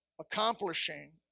accomplishing